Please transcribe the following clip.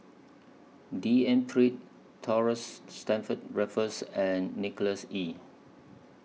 D N Pritt Thomas Stamford Raffles and Nicholas Ee